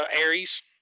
Aries